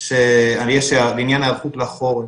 בעניין ההיערכות לחורף,